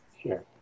Sure